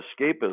escapism